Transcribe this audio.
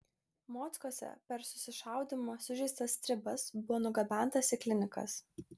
mockuose per susišaudymą sužeistas stribas buvo nugabentas į klinikas